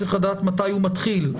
צריך לדעת מתי הוא מתחיל.